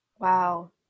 wow